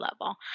level